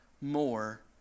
more